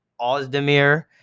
ozdemir